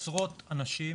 עשרות אנשים